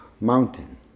Mountain